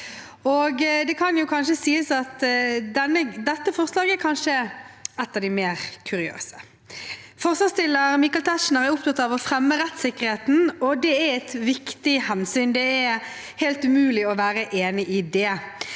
dette forslaget er et av de mer kuriøse. Forslagsstiller Michael Tetzschner er opptatt av å fremme rettssikkerheten, og det er et viktig hensyn. Det er helt umulig å være uenig i det.